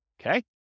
Okay